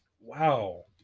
Wow